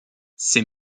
ces